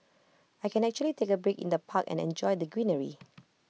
I can actually take A break in the park and enjoy the greenery